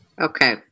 Okay